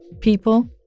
People